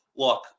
look